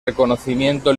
reconocimiento